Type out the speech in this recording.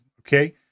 Okay